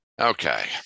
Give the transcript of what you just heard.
Okay